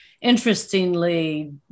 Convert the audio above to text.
interestingly